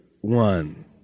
one